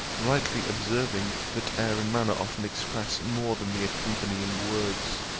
rightly observing, that air and manner often express more than the accompanying words.